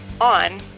on